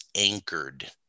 anchored